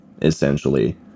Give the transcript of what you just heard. essentially